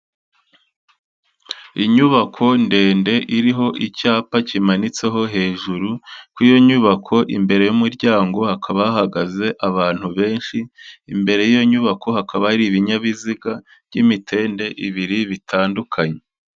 Inyubako ndende iriho icyapa kimanitseho hejuru, kuri iyo nyubako imbere y'umuryango hakaba hahagaze abantu benshi, imbere y'iyo nyubako hakaba hari ibinyabiziga by'imitende ibiri bitandukanye.